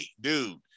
dude